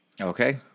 Okay